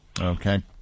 Okay